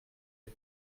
est